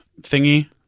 thingy